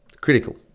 critical